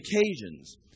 occasions